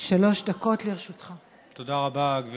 עוול, שלטעמי כבר